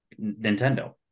Nintendo